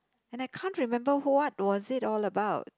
and I can't remember what was it all about